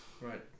Right